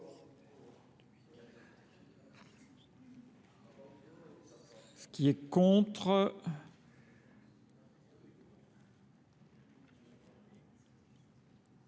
Ce qui est contre,